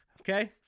Okay